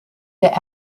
der